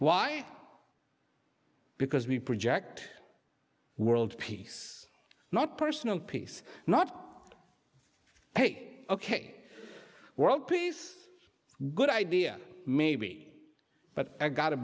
why because we project world peace not personal peace not hey ok world peace good idea maybe but i